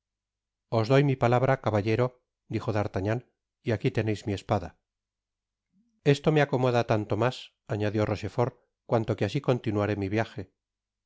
os doy mi palabra caballero dijo d'artagnan y aqui teneis mi espada esto me acomoda tanto mas añadió rochefort cuanto que asi continuaré mi viaje